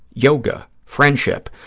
yoga, friendship.